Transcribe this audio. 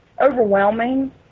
overwhelming